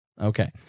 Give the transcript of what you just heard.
Okay